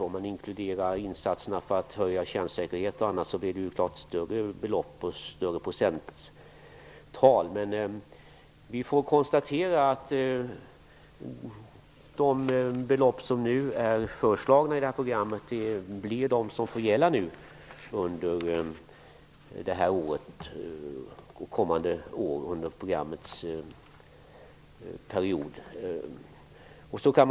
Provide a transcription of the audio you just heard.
Om man inkluderar insatserna för att höja kärnsäkerheten och annat sådant kommer man naturligtvis till större belopp. De belopp som nu är föreslagna i programmet är de som vi fördelar under den kommande perioden.